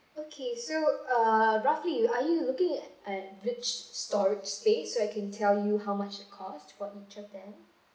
okay so uh roughly are you looking at which store space so I could tell you how much the cost for each of them